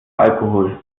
alkohol